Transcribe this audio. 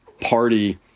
party